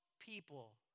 People